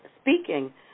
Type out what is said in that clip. Speaking